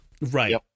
Right